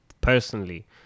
personally